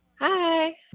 Hi